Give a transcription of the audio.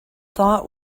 thought